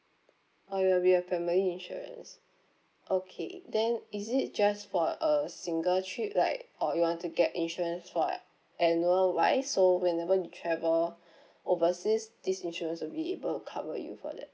oh it will be a family insurance okay then is it just for a single trip like or you want to get insurance for annual wise so whenever you travel overseas this insurance will be able cover you for that